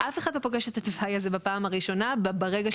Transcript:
אף אחד לא פוגש את התוואי הזה בפעם הראשונה ברגע שפונים אליו עם 14 יום.